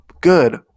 good